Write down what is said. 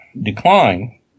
decline